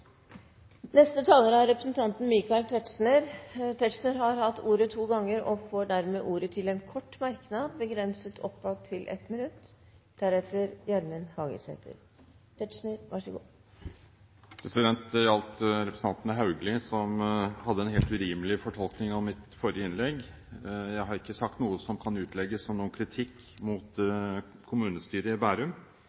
Representanten Michael Tetzschner har hatt ordet to ganger tidligere og får ordet til en kort merknad, begrenset til 1 minutt. Det gjelder representanten Haugli som hadde en helt urimelig fortolkning av mitt forrige innlegg. Jeg har ikke sagt noe som kan utlegges som kritikk mot